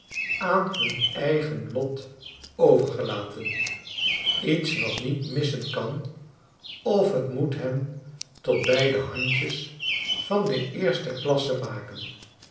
aan hun eigen lot overgelaten iets wat niet missen kan of t moet hen tot bijdehandjes van de eerste klasse maken